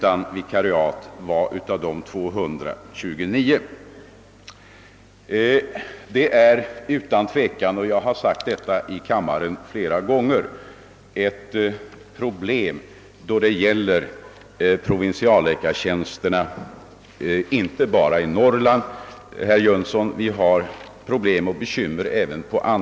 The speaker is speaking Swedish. Av dessa var 29 obesatta. Jag har flera gånger framhållit i kammaren, att provinsialläkartjänsterna — inte bara i Norrland, herr Jönsson — ger anledning till bekymmer.